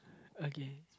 okay